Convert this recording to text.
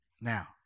Now